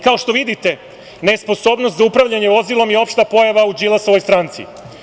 Kao što vidite, nesposobnost za upravljanje vozilom je opšta pojava u Đilasovoj stranci.